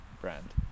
brand